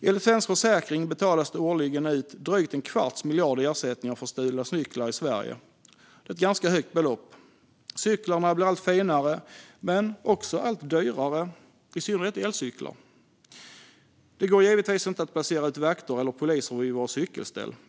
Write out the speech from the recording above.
Enligt Svensk Försäkring betalas det årligen ut drygt en kvarts miljard i ersättningar för stulna cyklar i Sverige. Det är ett ganska högt belopp. Cyklarna blir allt finare men också allt dyrare, i synnerhet elcyklar. Det går givetvis inte att placera ut vakter eller poliser vid cykelställ.